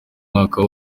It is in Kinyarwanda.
mwaka